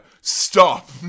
Stop